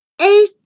Eight